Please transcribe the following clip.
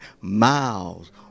miles